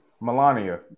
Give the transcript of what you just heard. Melania